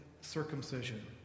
circumcision